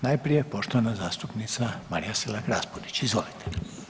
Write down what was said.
Najprije poštovana zastupnica Marija Selak Raspudić, izvolite.